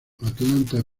atlanta